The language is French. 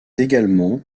également